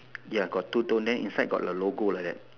ya got two tone then inside got the logo like that